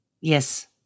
Yes